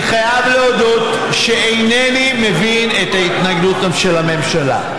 אני חייב להודות שאינני מבין את ההתנגדות של הממשלה.